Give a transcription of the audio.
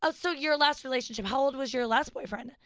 ah so your last relationship, how old was your last boyfriend?